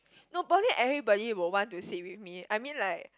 no poly everybody will want to sit with me I mean like